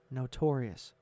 notorious